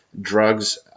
drugs